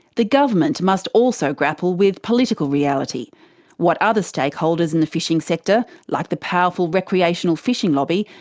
the government must also grapple with political reality what other stakeholders in the fishing sector, like the powerful recreational fishing lobby,